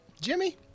Jimmy